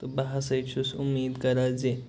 تہٕ بہٕ ہسا چھُس اُمیٖد کران زِ